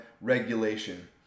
regulation